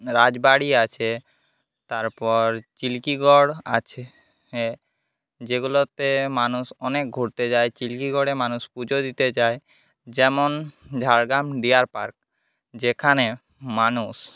রাজবাড়ি আছে তারপর চিল্কিগড় আছে হ্যাঁ যেগুলোতে মানুষ অনেক ঘুরতে যায় চিল্কিগড়ে মানুষ পূজো দিতে যায় যেমন ঝাড়গ্রাম ডিয়ার পার্ক যেখানে মানুষ